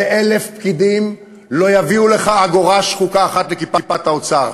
ו-1,000 פקידים לא יביאו לך אגורה שחוקה אחת לקופת האוצר.